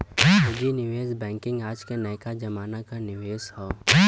पूँजी निवेश बैंकिंग आज के नयका जमाना क निवेश हौ